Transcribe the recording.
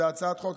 זאת הצעת חוק,